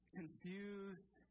confused